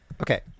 Okay